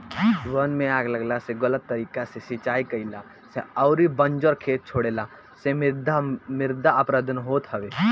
वन में आग लागला से, गलत तरीका से सिंचाई कईला से अउरी बंजर खेत छोड़ला से मृदा अपरदन होत हवे